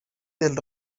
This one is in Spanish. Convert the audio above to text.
del